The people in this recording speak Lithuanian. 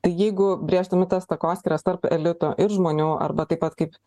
tai jeigu brėždami tas takoskyras tarp elito ir žmonių arba taip pat kaip